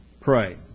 Pray